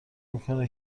میکنه